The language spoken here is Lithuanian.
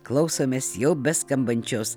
klausomės jau beskambančios